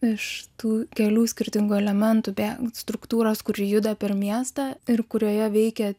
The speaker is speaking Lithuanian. iš tų kelių skirtingų elementų be struktūros kuri juda per miestą ir kurioje veikia